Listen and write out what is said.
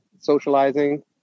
socializing